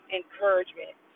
encouragement